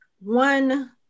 one